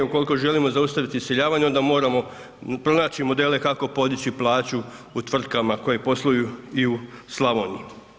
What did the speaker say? Ukoliko želimo zaustaviti iseljavanje, onda moramo pronaći modele kako podići plaću u tvrtkama koje posluju i u Slavoniji.